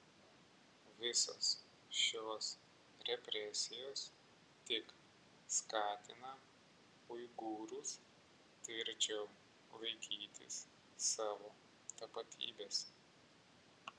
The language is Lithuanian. visos šios represijos tik skatina uigūrus tvirčiau laikytis savo tapatybės